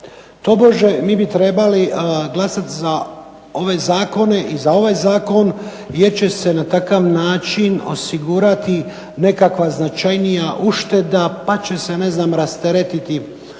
Tobože mi bi trebali glasati za ove zakone i za ovaj zakon jer će se na takav način osigurati nekakva značajnija ušteda pa će se rasteretiti